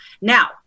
Now